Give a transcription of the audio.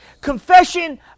Confession